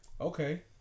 Okay